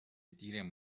دیرمون